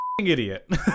idiot